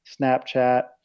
Snapchat